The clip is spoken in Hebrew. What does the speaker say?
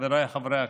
חבריי חברי הכנסת,